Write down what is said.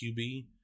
QB